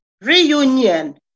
reunion